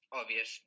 obvious